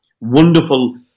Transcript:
wonderful